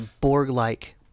Borg-like